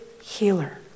healer